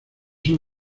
son